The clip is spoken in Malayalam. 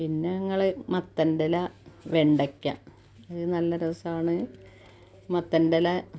പിന്നെ ഞങ്ങൾ മത്തൻ്റെല വെണ്ടക്ക ഇത് നല്ല രസമാണ് മത്തൻ്റെല